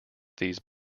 these